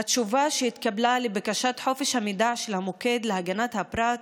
מתשובה שהתקבלה על בקשת חופש המידע של המוקד להגנת הפרט,